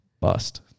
Bust